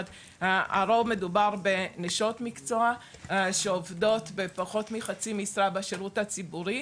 הרוב מדובר בנשות מקצוע שעובדות בפחות בחצי משרה בשירות הציבורי.